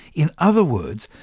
in other words,